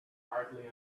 hardly